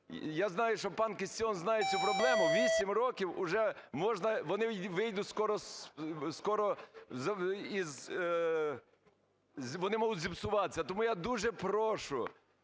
Я знаю, що пан Кістіон знає цю проблему. 8 років уже можна… вони вийдуть скоро… скоро із… вони можуть зіпсуватися. Тому я дуже прошу,